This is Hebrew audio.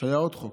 שהיה עוד חוק,